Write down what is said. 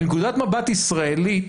אבל מנקודת מבט ישראלית,